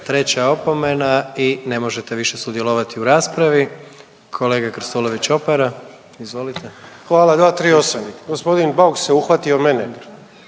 treća opomena i ne možete više sudjelovati u raspravi. Kolega Krstulović Opara, izvolite. **Krstulović Opara, Andro (HDZ)** Hvala. 238., gospodin Bauk se uhvatio mene.